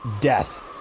death